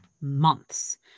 months